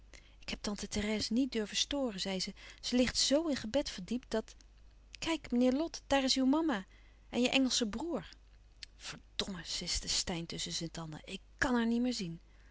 ik heb tante therèse niet durven storen zei ze ze ligt zoo in gebed verdiept dat kijk meneer lot daar is uw mama en je engelsche broêr verdomme siste steyn tusschen zijn tanden ik kàn haar niet meer zien